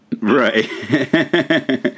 Right